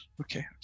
okay